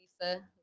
Lisa